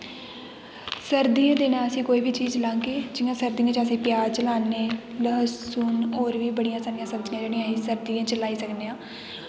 सर्दियैं दिनैं अल कोई बी चीज़ लाग्गे जियां सर्दियें च अस प्याज़ लान्ने लहसन होर बी बड़ियां सारियां सब्जियां जेह्ड़ियां अस सर्दियैं च लाई सकने आं